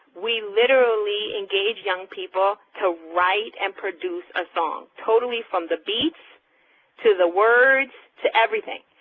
we literally engaged young people to write and produce a song, totally from the beat to the words to everything.